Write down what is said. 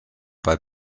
bei